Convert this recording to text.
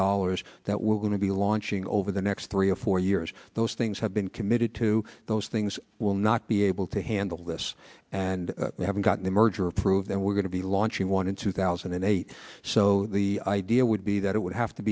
dollars that we're going to be launching over the next three or four years those things have been committed to those things will not be able to handle this and we haven't gotten the merger approved and we're going to be launching in two thousand and eight so the idea would be that it would have to